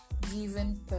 given